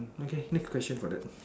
okay next question for that